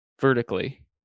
vertically